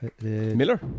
Miller